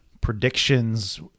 predictions